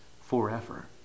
forever